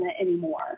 anymore